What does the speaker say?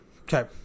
okay